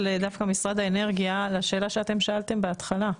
משרד האנרגיה לשאלה שאתם שאלתם בהתחלה,